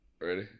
ready